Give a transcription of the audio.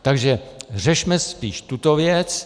Takže řešme spíš tuto věc.